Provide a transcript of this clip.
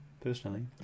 personally